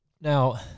Now